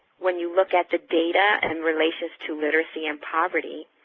when you look at the data and relations to literacy and poverty,